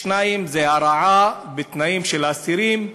השני, הרעה בתנאים של אסירים,